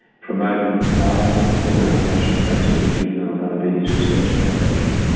promoted by organisations such as the juvenile diabetes research foundation.